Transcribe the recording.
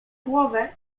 głowę